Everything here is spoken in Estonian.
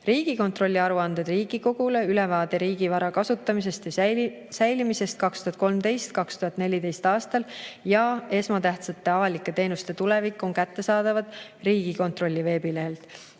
Riigikontrolli aruanded Riigikogule, "Ülevaade riigi vara kasutamisest ja säilimisest 2013.–2014. aastal" ja "Esmatähtsate avalike teenuste tulevik" on kättesaadavad Riigikontrolli veebilehel.